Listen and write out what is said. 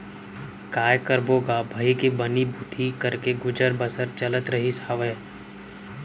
काय करबो गा भइगे बनी भूथी करके गुजर बसर चलत रहिस हावय